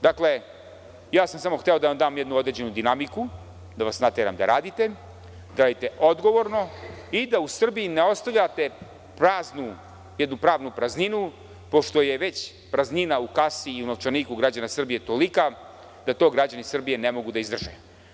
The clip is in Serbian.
Dakle, samo sam hteo da vam dam jednu određenu dinamiku, da vas nateram da radite, da gradite odgovorno i da u Srbiji ne ostavljate jednu pravnu prazninu, pošto je već praznina u kasi i u novčanicima građana Srbije toliko da to građani Srbije ne mogu da izdrže.